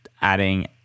adding